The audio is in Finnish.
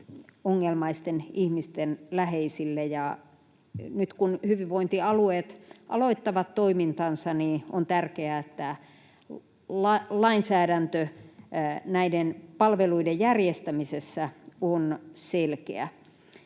mielenterveysongelmaisten ihmisten läheisille. Nyt, kun hyvinvointialueet aloittavat toimintansa, on tärkeää, että lainsäädäntö näiden palveluiden järjestämisessä on selkeä.